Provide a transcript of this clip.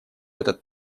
этот